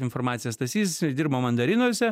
informaciją stasys dirbo mandarinuose